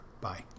Bye